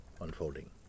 unfolding